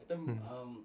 mm